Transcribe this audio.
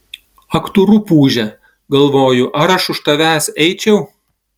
ak tu rupūže galvoju ar aš už tavęs eičiau